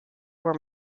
were